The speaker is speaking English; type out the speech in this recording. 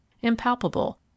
impalpable